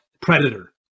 Predator